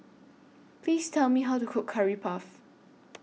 Please Tell Me How to Cook Curry Puff